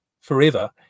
forever